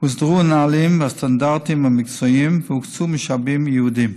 הוסדרו הנהלים והסטנדרטים המקצועיים והוקצו משאבים ייעודיים.